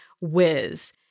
whiz